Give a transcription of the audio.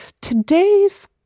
Today's